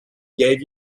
gave